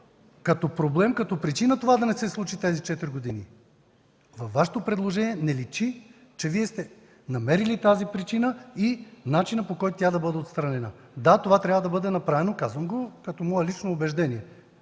като проблем това да не се случи тези четири години. Във Вашето предложение не личи, че Вие сте намерили тази причина и начина по който тя да бъде отстранена. Да, това трябва да бъде направено. Казвам го като мое лично убеждение.